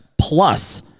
plus